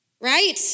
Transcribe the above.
right